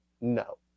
no